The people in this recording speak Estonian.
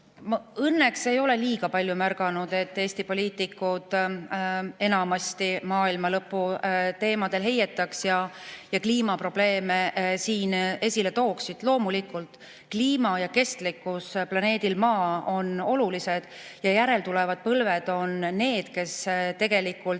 õnneks ei ole liiga palju märganud, et Eesti poliitikud enamasti maailma lõpu teemadel heietaksid ja kliimaprobleeme siin esile tooksid. Loomulikult, kliima ja kestlikkus planeedil Maa on olulised. Ja järeltulevad põlved on need, kes tegelikult